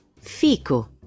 FICO